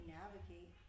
navigate